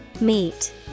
Meet